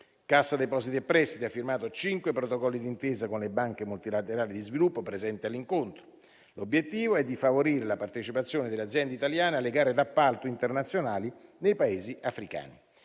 Cassa depositi e prestiti ha firmato cinque protocolli d'intesa con le banche multilaterali di sviluppo presenti all'incontro, con l'obiettivo di favorire la partecipazione delle aziende italiane alle gare d'appalto internazionali nei Paesi africani.